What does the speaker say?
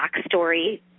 backstory